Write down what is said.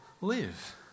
live